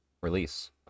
release